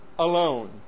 Alone